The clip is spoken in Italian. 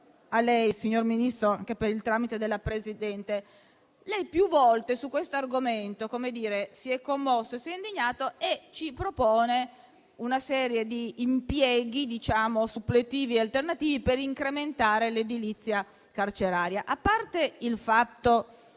a lei, signor Ministro, anche per il tramite della Presidente. Signor Ministro, ella più volte su questo argomento si è commosso, si è indignato, proponendo una serie di impieghi suppletivi, alternativi, per incrementare l'edilizia carceraria. Ora, a parte il fatto che